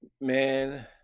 man